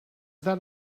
that